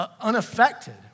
unaffected